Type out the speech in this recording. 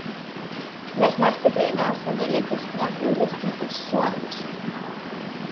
nes mes tikrai nesame lėtesni ar kvailesni už suomius